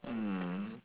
mm